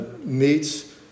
meets